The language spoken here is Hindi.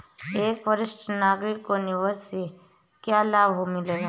एक वरिष्ठ नागरिक को निवेश से क्या लाभ मिलते हैं?